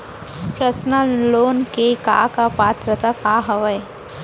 Personal loan ले के का का पात्रता का हवय?